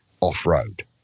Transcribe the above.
off-road